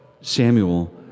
Samuel